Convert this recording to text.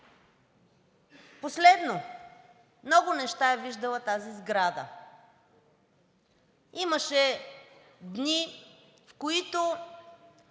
Последно, много неща е виждала тази сграда. Имаше дни, в които